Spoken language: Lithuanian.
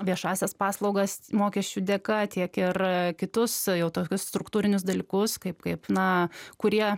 viešąsias paslaugas mokesčių dėka tiek ir kitus tokius struktūrinius dalykus kaip kaip na kurie